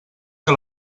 que